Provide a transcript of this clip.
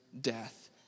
death